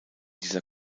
dieser